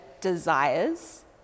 desires